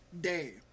day